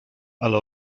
ale